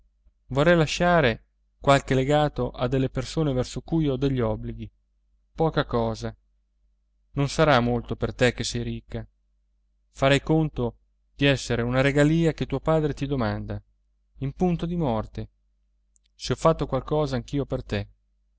vorrei lasciare qualche legato a delle persone verso cui ho degli obblighi poca cosa non sarà molto per te che sei ricca farai conto di essere una regalìa che tuo padre ti domanda in punto di morte se ho fatto qualcosa anch'io per te